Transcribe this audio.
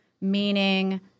meaning